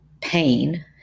pain